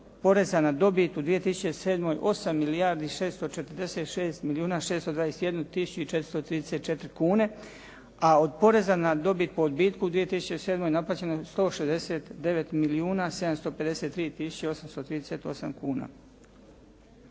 poreza na dobit u 2007. 8 milijardi 646 milijuna 621 tisuću i 434 kune, a od poreza na dobit po odbitku u 2007. naplaćeno je 169 milijuna 753 tisuće i 838 kuna.